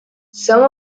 some